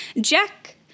Jack